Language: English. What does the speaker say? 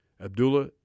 Abdullah